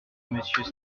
monsieur